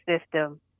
system